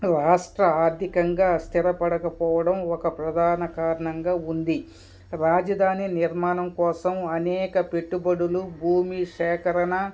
రాష్ట్ర ఆర్థికంగా స్థిరపడకపోవడం ఒక ప్రధాన కారణంగా ఉంది రాజధాని నిర్మాణం కోసం అనేక పెట్టుబడులు భూమి సేకరణ